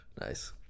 Nice